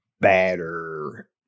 batter